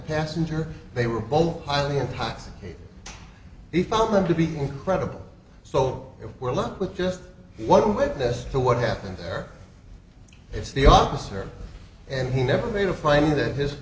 passenger they were both highly intoxicated he found them to be incredible so if we're lucky with just one witness to what happened there it's the officer and he never made a finding that